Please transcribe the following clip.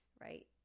Right